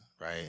right